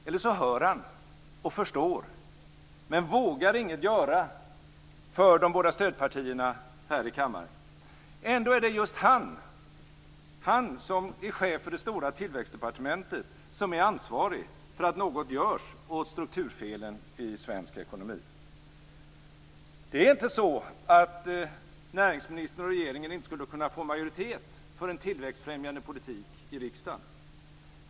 Han kanske hör och förstår men vågar inget göra för de båda stödpartierna här i kammaren. Ändå är det just han, som är chef för det stora tillväxtdepartementet, som är ansvarig för att något görs åt strukturfelen i svensk ekonomi. Det är inte så att näringsministern och regeringen inte skulle kunna få majoritet för en tillväxtfrämjande politik i riksdagen.